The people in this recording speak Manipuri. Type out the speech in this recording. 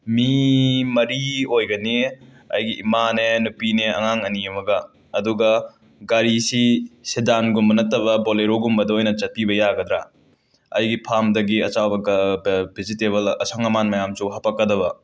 ꯃꯤ ꯃꯔꯤ ꯑꯣꯏꯒꯅꯤ ꯑꯩꯒꯤ ꯏꯃꯥꯅꯦ ꯅꯨꯄꯤꯅꯦ ꯑꯉꯥꯡ ꯑꯅꯤ ꯑꯃꯒ ꯑꯗꯨꯒ ꯒꯥꯔꯤꯁꯤ ꯁꯦꯗꯥꯟꯒꯨꯝꯕ ꯅꯠꯇꯕ ꯕꯣꯂꯦꯔꯣꯒꯨꯝꯕꯗ ꯑꯣꯏꯅ ꯆꯠꯄꯤꯕ ꯌꯥꯒꯗ꯭ꯔꯥ ꯑꯩꯒꯤ ꯐꯥꯝꯗꯒꯤ ꯑꯆꯥꯕ ꯕꯤꯖꯤꯇꯦꯕꯜ ꯑꯁꯪ ꯑꯃꯥꯟ ꯃꯌꯥꯝꯁꯨ ꯍꯥꯄꯛꯀꯗꯕ